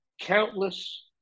countless